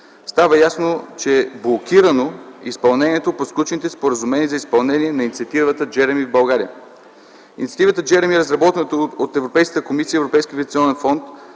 става ясно, че е блокирано изпълнението по сключените споразумения за изпълнение на инициативата „Джеръми” в България. Инициативата „Джеръми” е разработена от Европейската комисия и Европейския инвестиционен фонд